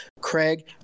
Craig